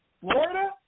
Florida